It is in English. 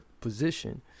position